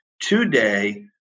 today